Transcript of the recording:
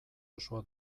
osoa